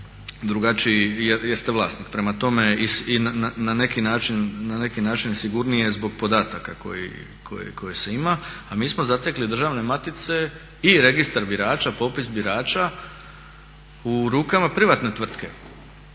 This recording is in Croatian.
drugačiji vlasnik. Prema tome na neki način je i sigurnije zbog podatka koje se ima. A mi smo zatekli državne matice i registar birača, popis birača u rukama privatne tvrtke